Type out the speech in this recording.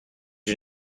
you